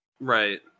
Right